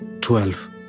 twelve